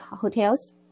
Hotels